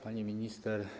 Pani Minister!